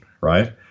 right